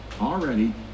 already